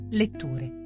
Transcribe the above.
letture